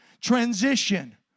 transition